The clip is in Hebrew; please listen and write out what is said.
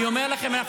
אני אומר לכם,